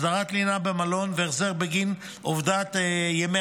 הסדרת לינה במלון והחזר בגין אובדן ימי